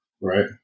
right